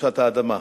קדושת האדמה.